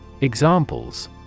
Examples